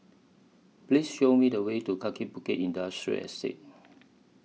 Please Show Me The Way to Kaki Bukit Industrial Estate